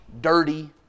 dirty